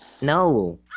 No